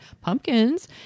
pumpkins